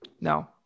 No